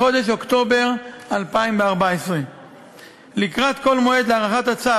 בחודש אוקטובר 2014. לקראת מועד הארכת הצו